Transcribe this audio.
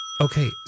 Okay